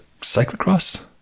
cyclocross